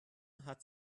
hat